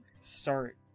start